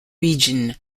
region